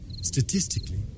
Statistically